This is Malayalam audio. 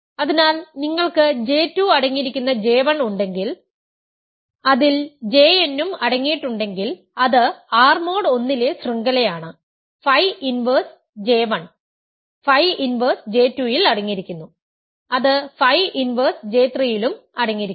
അതിനാൽ നിങ്ങൾക്ക് J2 അടങ്ങിയിരിക്കുന്ന J1 ഉണ്ടെങ്കിൽ അതിൽ Jn ഉം അടങ്ങിയിട്ടുണ്ടെങ്കിൽ അത് R മോഡ് 1 ലെ ശൃംഖലയാണ് phi inverse J1 phi inverse J2 ൽ അടങ്ങിയിരിക്കുന്നു അത് ഫൈ ഇൻവേർസ് J3 യിലും അടങ്ങിയിരിക്കുന്നു